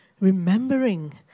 remembering